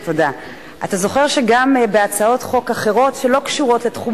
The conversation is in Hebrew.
אתה זוכר שגם בהצעות חוק אחרות שלא קשורות לתחום